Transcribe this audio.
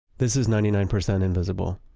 this is ninety nine percent invisible.